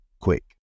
quick